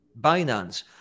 Binance